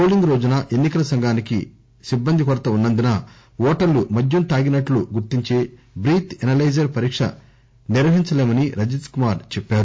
polling రోజున ఈసికి సిబ్బంది కొరత ఉన్న ందున ఓటర్లు మద్యం తాగినట్లు గుర్తించే బ్రీత్ అనలైజర్ పరీక్ష నిర్వహించలేమని రజత్ కుమార్ చెప్పారు